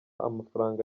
amafaranga